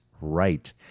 right